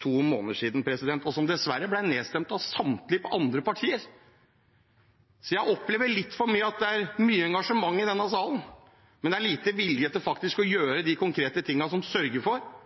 to måneder siden, og som dessverre ble nedstemt av samtlige partier. Jeg opplever litt for ofte at det er mye engasjement i denne salen, men det er liten vilje til å gjøre de konkrete tingene som sørger for